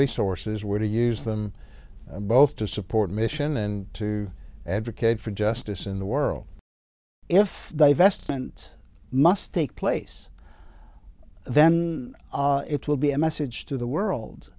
resources were to use them both to support mission and to advocate for justice in the world if divestment must take place then it will be a message to the world